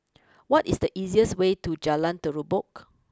what is the easiest way to Jalan Terubok